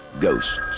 Ghosts